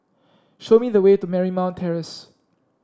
show me the way to Marymount Terrace